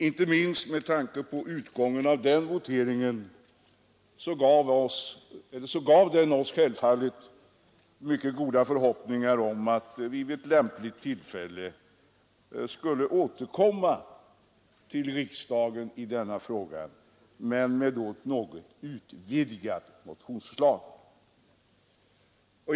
Inte minst, herr talman, utgången av voteringen då gav oss mycket goda förhoppningar om att vid ett lämpligt tillfälle framgångsrikt kunna återkomma till riksdagen i denna fråga och därvid med en något utvidgad motionsplan.